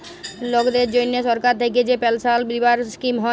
লকদের জনহ সরকার থাক্যে যে পেলসাল দিবার স্কিম হ্যয়